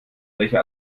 welche